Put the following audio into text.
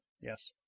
Yes